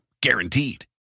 Guaranteed